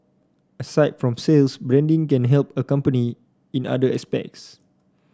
aside from sales branding can help a company in other aspects